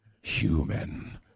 human